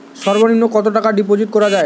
সর্ব নিম্ন কতটাকা ডিপোজিট করা য়ায়?